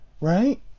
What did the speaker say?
right